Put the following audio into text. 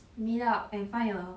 meet up and find a